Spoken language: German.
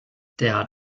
der